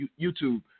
YouTube